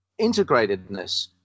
integratedness